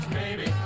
baby